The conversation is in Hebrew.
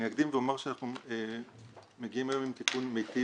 אני אקדים ואומר שאנחנו מגיעים היום עם תיקון מטיב.